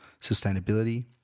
sustainability